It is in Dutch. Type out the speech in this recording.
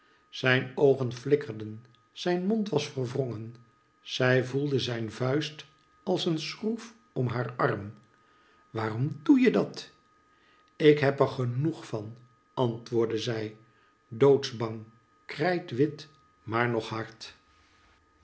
zijn oogen flikkerden zijn mond was verwrongen zij voelde zijn vuist als een schroefom haar arm waarom doeje dat ik heb er genoeg van antwoordde zij doodsbang krijtwit maar nog hard